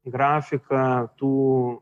grafiką tų